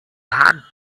had